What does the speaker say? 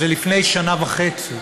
לפני שנה וחצי,